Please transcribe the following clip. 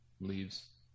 leaves